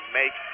make